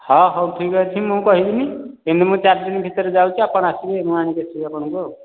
ହଁ ହଉ ଠିକ୍ ଅଛି ମୁଁ କହିବିନି କିନ୍ତୁ ମୁଁ ଚାରି ଦିନ ଭିତରେ ଯାଉଛି ଆପଣ ଆସିବେ ମୁଁ ଆଣିକି ଆସିବି ଆପଣଙ୍କୁ ଆଉ